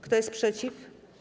Kto jest przeciw?